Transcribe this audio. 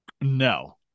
No